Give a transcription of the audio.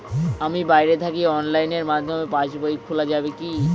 আমি বাইরে থাকি অনলাইনের মাধ্যমে পাস বই খোলা যাবে কি?